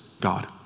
God